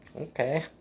Okay